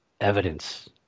evidence